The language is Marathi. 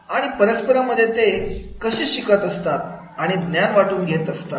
आणि परस्परांमध्ये ते कशी शिकत असतात आणि ज्ञान वाटून घेत असतात